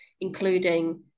including